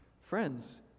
Friends